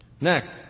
Next